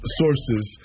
sources